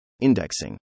Indexing